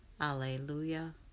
Alleluia